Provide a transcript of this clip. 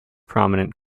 prominent